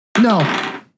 No